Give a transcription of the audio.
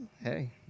Hey